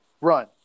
run